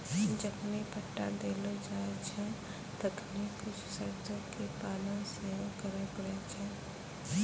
जखनि पट्टा देलो जाय छै तखनि कुछु शर्तो के पालन सेहो करै पड़ै छै